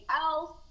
else